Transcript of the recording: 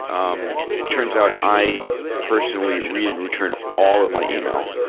um turns out i personally read and return all of my email.